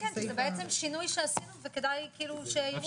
כן, כי זה בעצם שינוי שעשינו, וכדאי שייראו אותו.